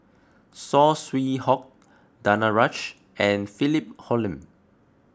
Saw Swee Hock Danaraj and Philip Hoalim